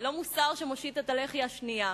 לא מוסר שמושיט את הלחי השנייה.